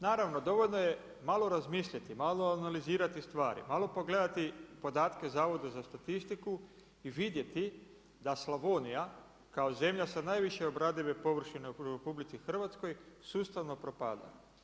Naravno dovoljno je malo razmisliti, malo analizirati stvari, malo pogledati podatke Zavoda za statistiku i vidjeti da Slavonija kao zemlja sa najviše obradive površine u RH sustavno propada.